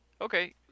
Okay